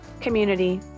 community